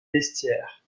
vestiaires